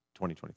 2023